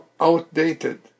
outdated